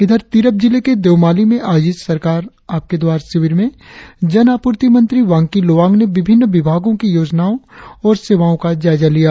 इधर तिरप जिले के देओमाली में आयोजित सरकार आपके द्वार सिविर में जन आपूर्ति मंत्री वांकी लोवांग ने विभिन्न विभागों की योजनाओं और सेवाओं का जायजा लिया